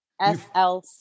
slc